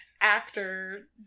actor